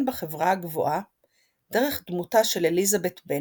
בחברה הגבוהה דרך דמותה של אליזבת בנט,